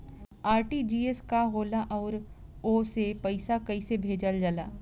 RTGS का होला आउरओ से पईसा कइसे भेजल जला?